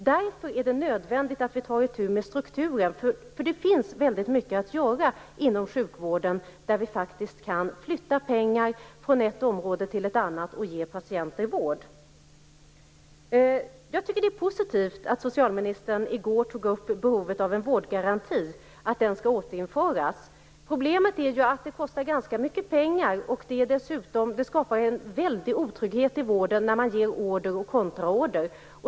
Därför är det nödvändigt att vi tar itu med strukturen. Det finns väldigt mycket att göra inom sjukvården, där vi faktiskt kan flytta pengar från ett område till ett annat och ge patienter vård. Jag tycker att det var positivt att socialministern i går tog upp behovet av en vårdgaranti och att den skall återinföras. Problemet är att det kostar ganska mycket pengar. Det skapar dessutom en väldig otrygghet i vården när man ger order och kontraorder.